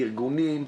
לארגונים,